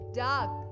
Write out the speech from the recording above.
dark